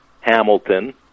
Hamilton